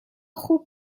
خوب